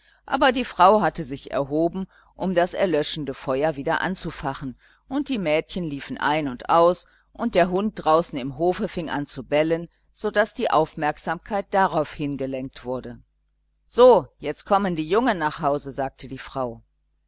aber die frau hatte sich erhoben um das erlöschende feuer wieder anzufachen die mädchen liefen ein und aus und der hund draußen im hofe fing an zu bellen so daß die aufmerksamkeit darauf hingelenkt wurde so jetzt kommen die jungen nach hause sagte die frau